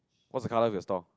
what's the colour of your stall